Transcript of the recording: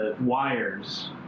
wires